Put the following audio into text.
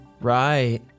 right